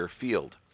field